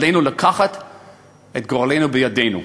עלינו לקחת את גורלנו בידינו.